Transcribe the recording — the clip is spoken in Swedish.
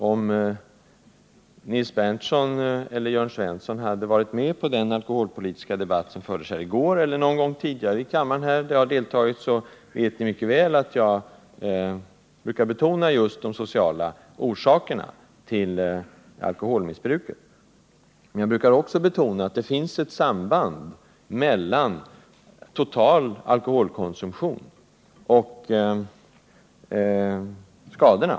Om Nils Berndtson eller Jörn Svensson hade varit med på den alkoholpolitiska debatt som fördes här i kammaren i går eller tidigare då jag deltagit, hade ni mycket väl vetat att jag brukar betona just de sociala orsakerna till alkoholmissbruket. Men jag brukar också betona att det finns ett samband mellan total alkoholkonsumtion och skadorna.